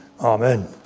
Amen